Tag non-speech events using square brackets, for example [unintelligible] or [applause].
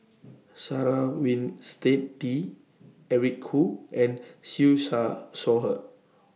Sarah Winstedt Eric Khoo and Siew Shaw [unintelligible] Her